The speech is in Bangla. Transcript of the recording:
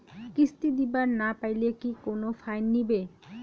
কিস্তি দিবার না পাইলে কি কোনো ফাইন নিবে?